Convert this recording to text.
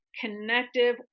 connective